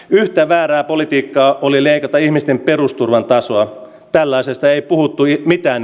yhtä väärää politiikkaa oli leikata ihmisten perusturvan tasoa tälläisestä ei puhuttu iät mitään